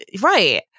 Right